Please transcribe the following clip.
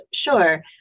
Sure